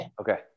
okay